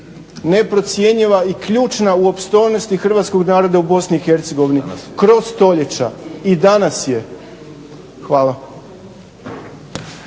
neprocjenjiva i ključna u opstojnosti hrvatskog naroda u BiH kroz stoljeća i danas je. Hvala.